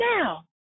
now